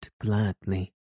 gladly